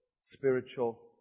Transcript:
spiritual